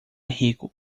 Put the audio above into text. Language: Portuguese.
rico